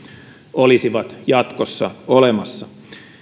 olisivat jatkossa olemassa